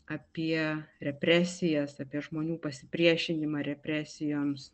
apie represijas apie žmonių pasipriešinimą represijoms